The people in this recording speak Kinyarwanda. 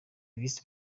visi